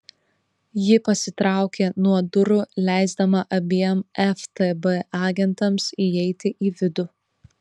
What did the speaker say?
ji pasitraukė nuo durų leisdama abiem ftb agentams įeiti į vidų